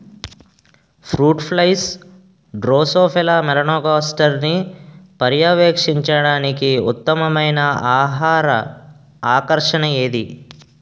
Fruit flies drosophila మెలనోగాస్టర్ని పర్యవేక్షించడానికి ఉత్తమమైన ఆహార ఆకర్షణ ఏది?